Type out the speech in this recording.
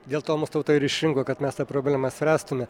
dėl to mus tauta ir išrinko kad mes tą problemą spręstume